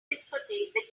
discotheque